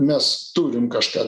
mes turim kažką